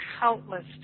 countless